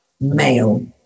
male